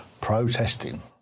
protesting